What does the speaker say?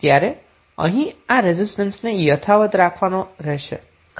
તમારે અહીં આ રેઝિસ્ટન્સને યથાવત રાખવાનો રહેશે